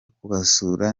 kubasura